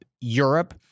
Europe